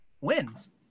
wins